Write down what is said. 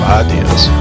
ideas